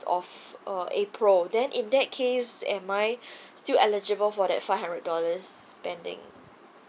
of uh april then in that case am I still eligible for that five hundred dollars spending